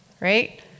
right